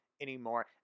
anymore